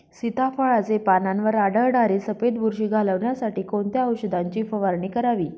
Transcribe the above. सीताफळाचे पानांवर आढळणारी सफेद बुरशी घालवण्यासाठी कोणत्या औषधांची फवारणी करावी?